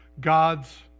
God's